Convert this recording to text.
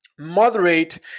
moderate